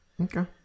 Okay